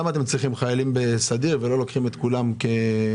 למה אתם צריכים חיילים בסדיר ולא לוקחים את כולם כעובדים.